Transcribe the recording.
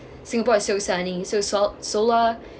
singapore is so signing so salt~ solar